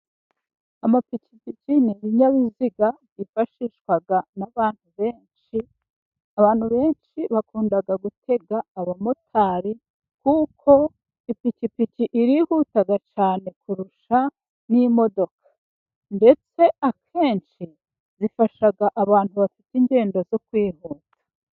Amapikipiki ni ibinyabiziga byifashishwa n'abantu benshi, abantu benshi bakunda gutega abamotari kuko ipikipiki irihuta cyane kurusha n'imodoka, ndetse akenshi ifasha abantu bafite ingendo zo kwihuta.